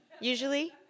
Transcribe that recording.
Usually